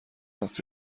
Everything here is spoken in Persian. است